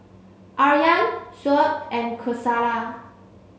Aryan Shoaib and Qaisara